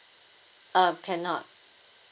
um cannot